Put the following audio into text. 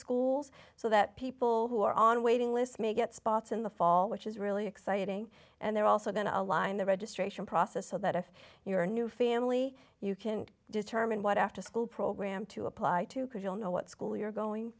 schools so that people who are on waiting lists may get spots in the fall which is really exciting and they're also going to line the registration process so that if you're a new family you can determine what afterschool program to apply to because you'll know what school you're going